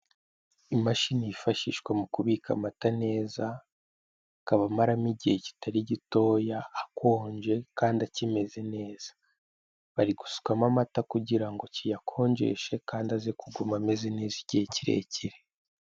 Imashini yifashishwa mu kubika amata neza, akaba amaramo igihe kitari gitoya akonje kandi akimeze neza. Bari gusukamo amata kugira ngo kiyakonjeshe kandi aze kuguma ameze neza igihe kirekire.